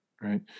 right